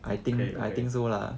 可以可以